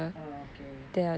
oh okay